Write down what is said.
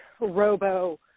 robo